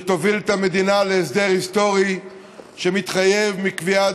שתוביל את המדינה להסדר היסטורי שמתחייב לקביעת